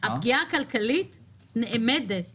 הפגיעה הכלכלית נאמדת